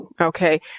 okay